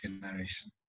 generation